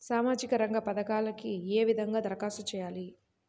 సామాజిక రంగ పథకాలకీ ఏ విధంగా ధరఖాస్తు చేయాలి?